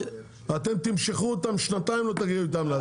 אתם תמשכו אותם שנתיים ולא תגיעו איתם להסכמה.